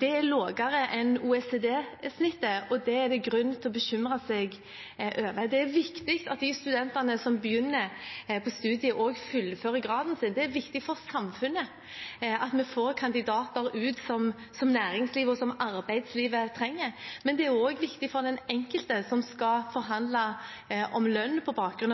Det er lavere enn OECD-snittet, og det er det grunn til å bekymre seg over. Det er viktig at de studentene som begynner på studiet, fullfører graden sin. Det er viktig for samfunnet at vi får kandidater som næringslivet og arbeidslivet trenger. Men det er også viktig for den enkelte, som skal forhandle om lønn på bakgrunn